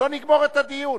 לא נגמור את הדיון.